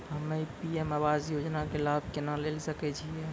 हम्मे पी.एम आवास योजना के लाभ केना लेली सकै छियै?